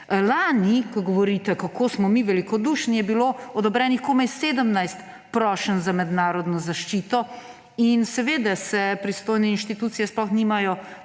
Lani, ko govorite, kako smo mi velikodušni, je bilo odobrenih komaj 17 prošenj za mednarodno zaščito. Seveda pristojne institucije sploh nimajo